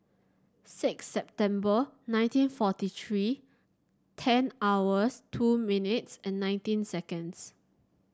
six September nineteen forty three ten hours two minutes and nineteen seconds